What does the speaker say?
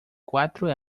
cuatro